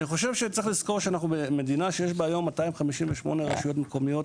אני חושב שצריך לזכור שאנחנו מדינה שיש בה היום 258 רשויות מקומיות,